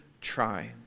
try